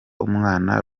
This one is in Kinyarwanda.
umwana